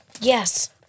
Yes